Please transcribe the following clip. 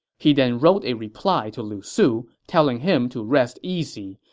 he then wrote a reply to lu su, telling him to rest easy,